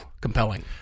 compelling